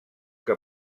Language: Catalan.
que